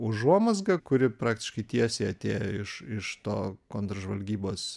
užuomazga kuri praktiškai tiesiai atėjo iš iš to kontržvalgybos